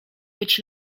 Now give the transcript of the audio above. być